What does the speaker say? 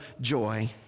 joy